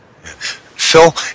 Phil